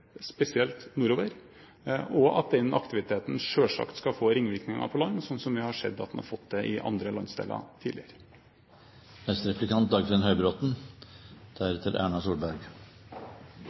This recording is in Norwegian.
spesielt nordover. Og den aktiviteten skal selvsagt få ringvirkninger på land, som vi har sett at den har fått i andre landsdeler